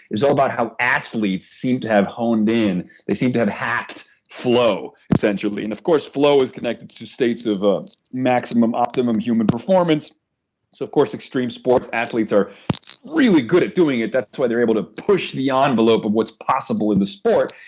is all about how athletes seem to have honed in they seem to have hacked flow essentially. and of course flow is connected to states of of maximum optimum human performance, so of course extreme sports athletes are really good at doing it. that's why they're able to push the ah envelope of what's possible in the sport.